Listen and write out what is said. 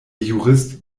jurist